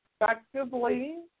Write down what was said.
effectively